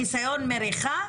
ניסיון מריחה,